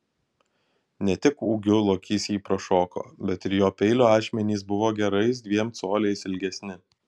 ne tik ūgiu lokys jį prašoko bet ir jo peilio ašmenys buvo gerais dviem coliais ilgesni